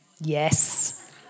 Yes